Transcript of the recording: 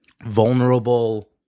vulnerable